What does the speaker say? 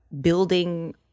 building